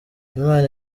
imana